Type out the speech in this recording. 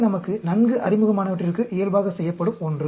இது நமக்கு நன்கு அறிமுகமானவற்றிற்கு இயல்பாக செய்யப்படும் ஒன்று